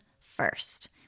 first